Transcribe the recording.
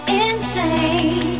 insane